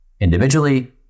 individually